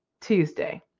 Tuesday